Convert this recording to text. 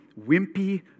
wimpy